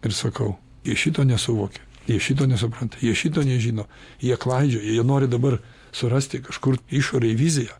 ir sakau jie šito nesuvokia jie šito nesupranta jie šito nežino jie klaidžioja jie nori dabar surasti kažkur išorėj viziją